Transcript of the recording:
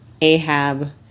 Ahab